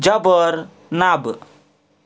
Jabbar Nabi